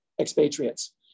expatriates